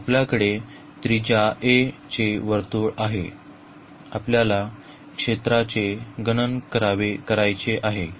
आपल्याकडे त्रिज्या a चे वर्तुळ आहे आणि आपल्याला क्षेत्राचे गणन करायचे आहे